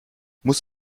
muss